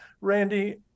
Randy